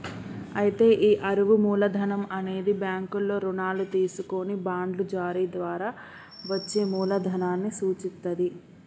అయితే ఈ అరువు మూలధనం అనేది బ్యాంకుల్లో రుణాలు తీసుకొని బాండ్లు జారీ ద్వారా వచ్చే మూలదనాన్ని సూచిత్తది